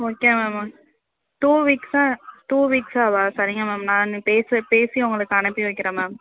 okay ma'am two வீக்ஸா two வீக்ஸாகவா சரிங்க மேம் நான் பேசி பேசி உங்களுக்கு அனுப்பி வைக்கிறேன் மேம்